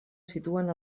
situen